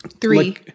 Three